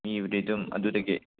ꯃꯤꯕꯨꯗꯤ ꯑꯗꯨꯝ ꯑꯗꯨꯗꯒꯤ